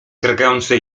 drgające